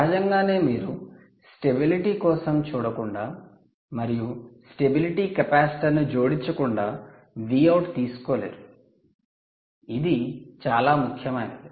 సహజంగానే మీరు స్టెబిలిటీ కోసం చూడకుండా మరియు స్టెబిలిటీ కెపాసిటర్ను జోడించకుండా Vout తీసుకోలేరు ఇది చాలా ముఖ్యమైనది